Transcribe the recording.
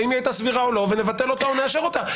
האם הייתה סבירה או לא ונבטל אותה או נאשר אותה.